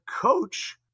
coach